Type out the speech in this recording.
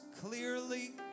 clearly